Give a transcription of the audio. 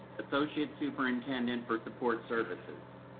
associate superintendent for support services.